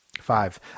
Five